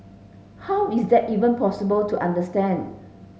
how is that even possible to understand